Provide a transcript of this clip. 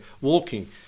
walking